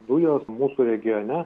dujos mūsų regione